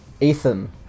Ethan